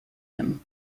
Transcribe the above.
him